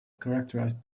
characterized